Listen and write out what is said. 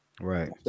Right